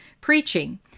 preaching